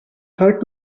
hard